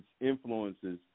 influences